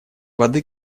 воды